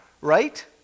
right